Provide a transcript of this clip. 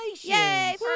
Yay